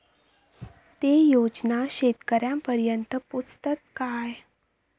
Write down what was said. ते योजना शेतकऱ्यानपर्यंत पोचतत काय?